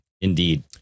indeed